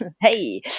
hey